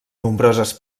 nombroses